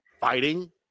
fighting